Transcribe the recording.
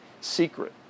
secret